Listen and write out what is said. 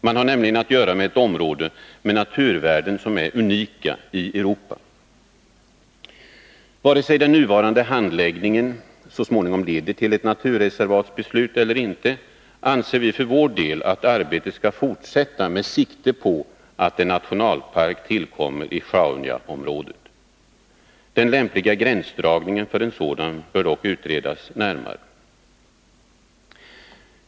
Man har nämligen att göra med ett område med naturvärden som är unika i Europa. Vare sig den nuvarande behandlingen så småningom leder till ett naturreservatsbeslut eller inte, anser vi för vår del att arbetet skall fortsätta med sikte på att en nationalpark tillkommer i Sjaunjaområdet. Den lämpliga gränsdragningen för en sådan bör dock utredas närmare.